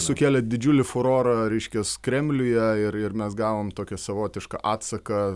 sukėlė didžiulį furorą reiškias kremliuje ir ir mes gavom tokį savotišką atsaką